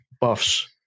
buffs